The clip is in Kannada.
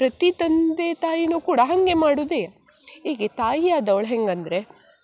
ಪ್ರತಿ ತಂದೆ ತಾಯಿಯೂ ಕೂಡ ಹಾಗೆ ಮಾಡುದೇ ಈಗ ತಾಯಿ ಆದವ್ಳು ಹೆಂಗೆ ಅಂದರೆ